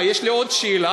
יש לי עוד שאלה,